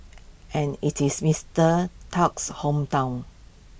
and IT is Mister Tusk's hometown